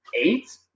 eight